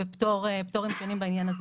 ופטורים שונים בעניין הזה,